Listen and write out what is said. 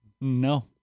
No